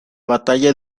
batalla